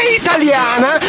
italiana